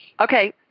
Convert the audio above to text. Okay